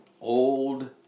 old